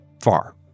far